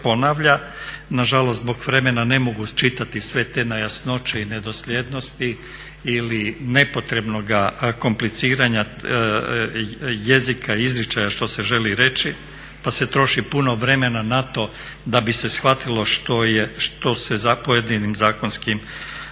ponavlja. Na žalost zbog vremena ne mogu čitati sve te nejasnoće i nedosljednosti ili nepotrebnoga kompliciranja jezika i izričaja što se želi reći, pa se troši puno vremena na to da bi se shvatilo što se pojedinim zakonskim